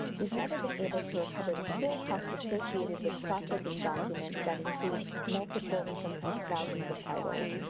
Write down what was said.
we've never been able to recover the full cost associated with processing documents that include multiple and sometimes thousands of titles,